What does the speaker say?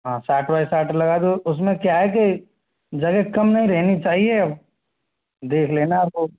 हाँ साठ बाई साठ लगा दो उसमें क्या है की जगह कम नहीं रहनी चाहिए देख लेना आप वो